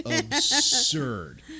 absurd